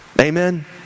Amen